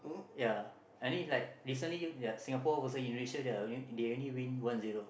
ya I think is like Singapore versus Indonesia they only win one zero lah